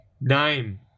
name